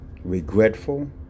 Regretful